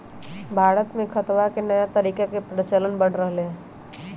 भारत में खेतवा के नया तरीका के प्रचलन बढ़ रहले है